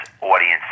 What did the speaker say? audience